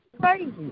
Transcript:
crazy